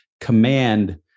command